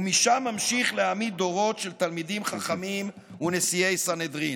ומשם ממשיך להעמיד דורות של תלמידים חכמים ונשיאי סנהדרין.